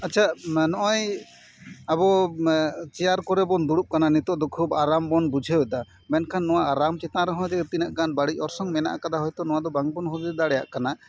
ᱟᱪᱪᱷᱟ ᱱᱚᱜᱼᱚᱭ ᱟᱵᱚ ᱪᱮᱭᱟᱨ ᱠᱚᱨᱮ ᱵᱚᱱ ᱫᱩᱲᱩᱵ ᱠᱟᱱᱟ ᱱᱤᱛᱚᱜ ᱫᱚ ᱠᱷᱩᱵᱽ ᱟᱨᱟᱢ ᱵᱚᱱ ᱵᱩᱡᱷᱟᱹᱣ ᱮᱫᱟ ᱢᱮᱱᱠᱷᱟᱱ ᱱᱚᱣᱟ ᱟᱨᱟᱢ ᱪᱮᱛᱟᱱ ᱨᱮᱦᱚᱸ ᱡᱮ ᱛᱤᱱᱟᱹᱜ ᱜᱟᱱ ᱵᱟᱹᱲᱤᱡ ᱚᱨᱥᱚᱝ ᱢᱮᱱᱟᱜ ᱠᱟᱫᱟ ᱱᱚᱣᱟ ᱫᱚ ᱵᱟᱝ ᱵᱚᱱ ᱦᱩᱫᱤᱥ ᱫᱟᱲᱮᱭᱟᱜ ᱠᱟᱱᱟ